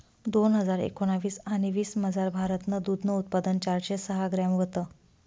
दोन हजार एकोणाविस आणि वीसमझार, भारतनं दूधनं उत्पादन चारशे सहा ग्रॅम व्हतं